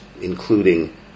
including